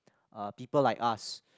uh people like us